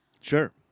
Sure